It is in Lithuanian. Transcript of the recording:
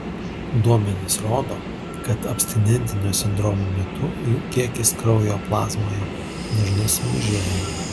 duomenys rodo kad abstinentinio sindromo metu jų kiekis kraujo plazmoje dažnai sumažėja